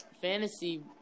fantasy